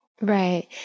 Right